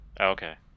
Okay